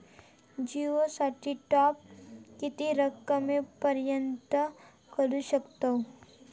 जिओ साठी टॉप किती रकमेपर्यंत करू शकतव?